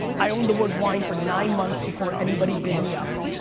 i owned the word wine for nine months before anybody bid me up.